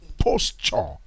posture